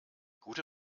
gute